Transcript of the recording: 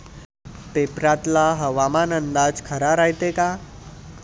पेपरातला हवामान अंदाज खरा रायते का?